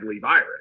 virus